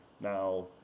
now